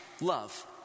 love